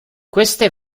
queste